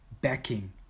backing